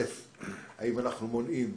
אם אנחנו מונעים,